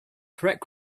correct